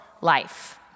life